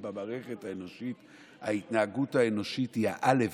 אבל במערכת האנושית ההתנהגות האנושית היא האלף-בית,